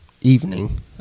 evening